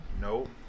Nope